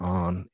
on